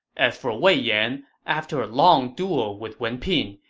as for wei yan, after a long duel with wen pin,